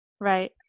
right